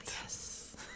Yes